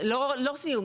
לא לסיום,